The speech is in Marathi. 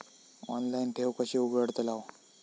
ऑनलाइन ठेव कशी उघडतलाव?